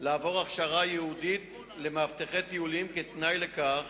נדרשים כיום לעבור הכשרה ייעודית למאבטחי טיולים כתנאי לכך